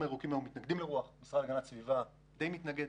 הירוקים מתנגדים לרוח וגם המשרד להגנת הסביבה די מתנגד.